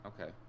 Okay